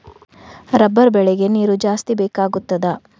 Rubber ತೋಟ ಬೆಳೆಗೆ ನೀರು ಜಾಸ್ತಿ ಬೇಕಾಗುತ್ತದಾ?